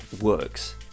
works